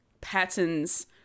patterns